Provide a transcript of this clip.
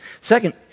Second